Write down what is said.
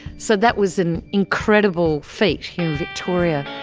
so that was an incredible feat here in victoria.